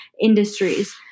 industries